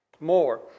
More